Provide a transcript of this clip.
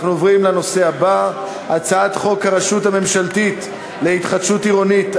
אנחנו עוברים לנושא הבא: הצעת חוק הרשות הממשלתית להתחדשות עירונית,